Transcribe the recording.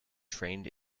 trained